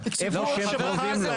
שהם קרובים לו.